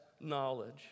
knowledge